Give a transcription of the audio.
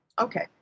okay